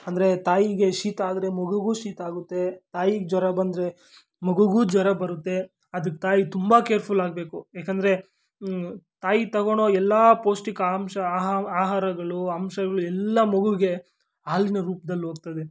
ಅಂದರೆ ತಾಯಿಗೆ ಶೀತ ಆದರೆ ಮಗುಗೂ ಶೀತ ಆಗುತ್ತೆ ತಾಯಿಗೆ ಜ್ವರ ಬಂದರೆ ಮಗುಗೂ ಜ್ವರ ಬರುತ್ತೆ ಅದಕ್ಕೆ ತಾಯಿ ತುಂಬ ಕೇರ್ಫುಲ್ ಆಗಬೇಕು ಏಕೆಂದರೆ ತಾಯಿ ತಗೊಳ್ಳೋ ಎಲ್ಲ ಪೌಷ್ಟಿಕಾಂಶ ಆಹಾರಗಳು ಅಂಶಗಳೆಲ್ಲ ಮಗುವಿಗೆ ಹಾಲಿನ ರೂಪದಲ್ಲಿ ಹೋಗ್ತದೆ